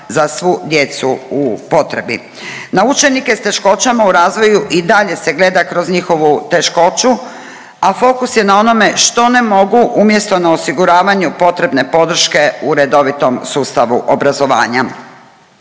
za svu djecu u potrebi. Na učenike s teškoćama u razvoju i dalje se gleda kroz njihovu teškoću, a fokus je na onome što ne mogu, umjesto na osiguravanje potrebne podrške u redovitom sustavu obrazovanja.